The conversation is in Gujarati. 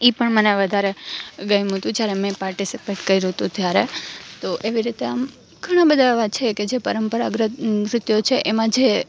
એ પણ મને વધારે ગમ્યું તું જ્યારે મેં પાર્ટિસિપેટ કર્યું તું ત્યારે તો એવી રીતે આમ ઘણાં બધા એવાં છે કે જે પરંપરાગત નૃત્યો છે એમાં જે